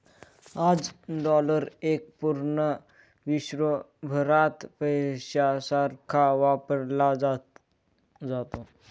आज डॉलर एक पूर्ण विश्वभरात पैशासारखा वापरला जातो